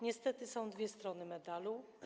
Niestety są dwie strony medalu.